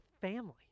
family